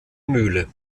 mühle